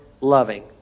loving